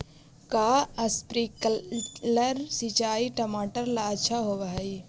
का स्प्रिंकलर सिंचाई टमाटर ला अच्छा होव हई?